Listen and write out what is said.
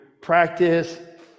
practice